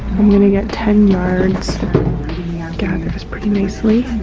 i'm gonna get ten yards gathers pretty nicely